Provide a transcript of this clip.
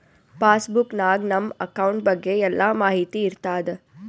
pass book ನಾಗ್ ನಮ್ account ಬಗ್ಗೆ ಎಲ್ಲಾ ಮಾಹಿತಿ ಇರ್ತಾದ